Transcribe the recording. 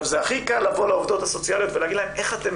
הכי קל לבוא לעובדות הסוציאליות ולומר להן איך אתן